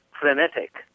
frenetic